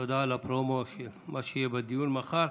תודה על הפרומו של מה שיהיה בדיון מחר.